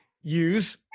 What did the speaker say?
use